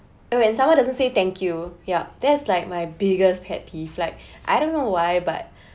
when someone doesn't say thank you yup that is like my biggest pet peeve like I don't know why but